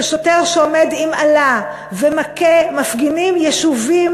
של שוטר שעומד עם אלה מכה מפגינים ישובים.